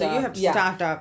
you've to start up